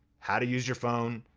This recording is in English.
how to use your phone,